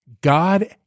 God